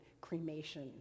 cremation